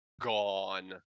gone